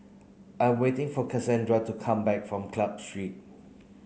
I waiting for Casandra to come back from Club Street